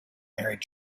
married